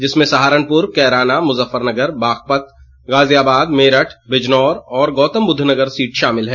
जिसमें सहारनपुर कैराना मुजफ्फरनगर बागपत गाजियाबाद मेरठ बिजनौर और गौतम बुद्ध नगर सीट शामिल हैं